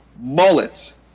Mullet